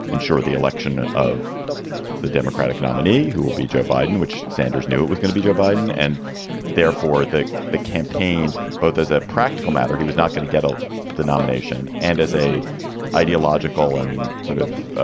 ensure the election of the democratic nominee, who will be joe biden, which sanders knew it was going to be joe biden, and therefore the the campaign both as a practical matter. he was not going to get ah the nomination. and as a ideological and sort of